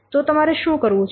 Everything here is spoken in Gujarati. તો તમારે શું કરવું છે